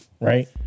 right